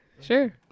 Sure